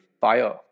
Fire